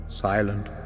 silent